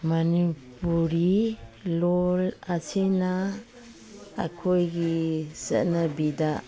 ꯃꯅꯤꯄꯨꯔꯤ ꯂꯣꯟ ꯑꯁꯤꯅ ꯑꯩꯈꯣꯏꯒꯤ ꯆꯠꯅꯕꯤꯗ